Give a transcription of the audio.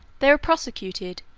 they were prosecuted,